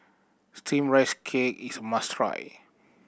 Steamed Rice Cake is must try